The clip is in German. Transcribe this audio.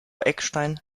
eckstein